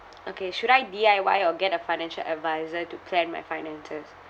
okay should I D_I_Y or get a financial adviser to plan my finances